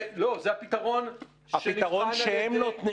זה הפתרון שהם נותנים.